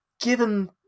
given